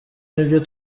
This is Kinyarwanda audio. nibyo